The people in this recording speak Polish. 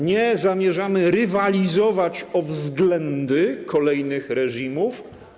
Nie zamierzamy rywalizować o względy kolejnych reżimów.